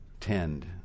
tend